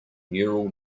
neural